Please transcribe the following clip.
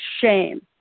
shame